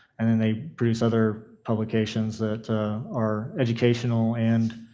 and then they produce other publications that are educational and